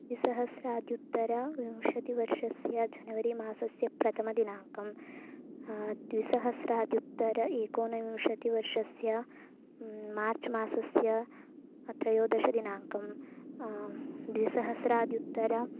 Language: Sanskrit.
द्विसहस्रादुत्तरविंशतिवर्षस्य जनवरि मासस्य प्रथमदिनाङ्कः द्विसहस्रादुत्तरस्य एकोनविंशतिवर्षस्य मार्च् मासस्य त्रयोदशदिनाङ्कः द्विसहस्रादुत्तरस्य